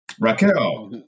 Raquel